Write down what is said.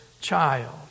child